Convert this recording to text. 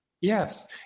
Yes